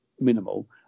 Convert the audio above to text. minimal